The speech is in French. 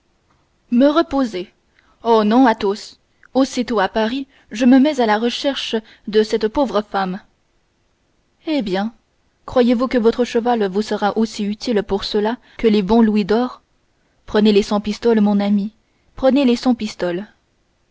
me reposer oh non athos aussitôt à paris je me mets à la recherche de cette pauvre femme eh bien croyez-vous que votre cheval vous sera aussi utile pour cela que de bons louis d'or prenez les cent pistoles mon ami prenez les cent pistoles